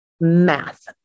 Math